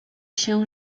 się